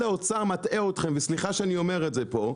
האוצר מטעה אתכם וסליחה שאני אומר את זה פה,